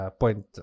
point